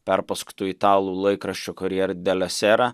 perpasakotų italų laikraščio karjer dė le sėra